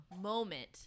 moment